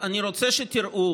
אני רוצה שתראו